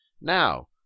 Now